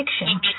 fiction